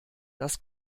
das